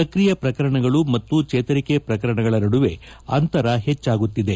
ಸಕ್ರಿಯ ಪ್ರಕರಣಗಳು ಮತ್ತು ಚೇತರಿಕೆ ಪ್ರಕರಣಗಳ ನಡುವೆ ಅಂತರ ಹೆಚ್ಚಾಗುತ್ತಿದೆ